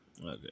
Okay